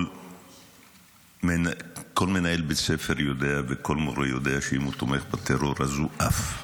כל מנהל בית ספר יודע וכל מורה יודע שאם הוא תומך בטרור אז הוא עף.